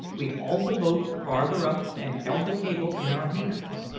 we hauled the boat farther up and held the cable in our hands.